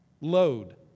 load